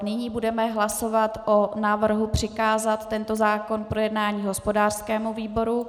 Nyní budeme hlasovat o návrhu přikázat tento zákon k projednání hospodářskému výboru.